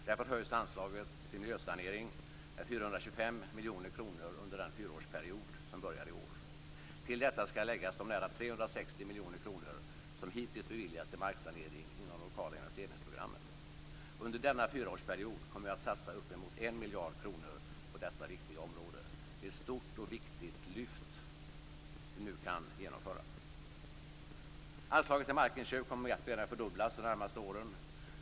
Därför höjs anslaget till miljösanering med 425 miljoner kronor under den fyraårsperiod som börjar i år. Till detta skall läggas de nära 360 miljoner kronor som hittills beviljats till marksanering inom de lokala investeringsprogrammen. Under denna fyraårsperiod kommer vi att satsa uppemot 1 miljard kronor på detta viktiga område. Det är ett stort och viktigt lyft vi nu kan genomföra. Anslaget till markinköp kommer att mer än fördubblas de närmaste åren.